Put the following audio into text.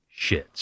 shits